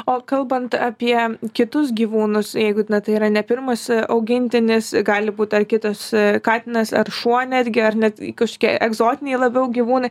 o kalbant apie kitus gyvūnus jeigu na tai yra ne pirmas augintinis gali būti ar kitas katinas ar šuo netgi ar net kažkokie egzotiniai labiau gyvūnai